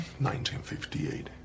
1958